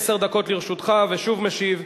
עשר דקות לרשותך, ושוב משיב,